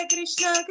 Krishna